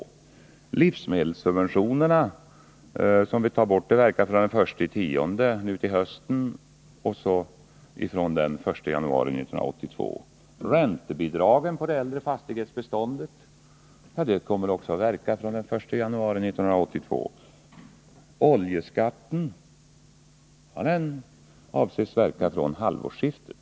Borttagandet av livsmedelssubventioner verkar från den 1 oktober nu i höst och från den 1 januari 1982. Förslaget beträffande räntebidragen till det äldre fastighetsbeståndet kommer också att gälla från den 1 januari 1982. Höjningen av oljeskatten avses verka från halvårsskiftet.